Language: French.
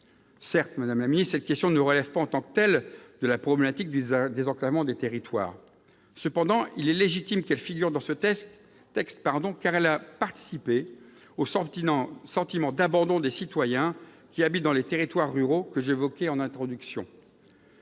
Certes, madame la ministre, cette question ne relève pas, en tant que telle, de la problématique du désenclavement des territoires. Cependant, il est légitime qu'elle soit abordée dans ce texte, car elle a contribué au sentiment d'abandon des citoyens vivant dans les territoires ruraux que j'évoquais en introduction.